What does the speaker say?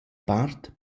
part